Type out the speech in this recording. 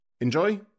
Enjoy